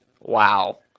Wow